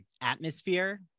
atmosphere